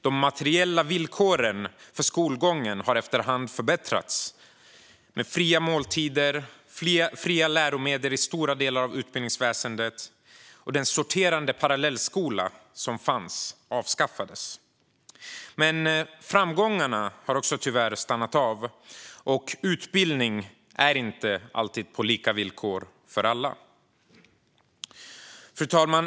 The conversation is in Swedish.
De materiella villkoren för skolgången har efter hand förbättrats med fria måltider och fria läromedel i stora delar av utbildningsväsendet. Den sorterande parallellskola som fanns avskaffades. Men framgångarna har tyvärr stannat av, och utbildning är inte alltid på lika villkor för alla. Fru talman!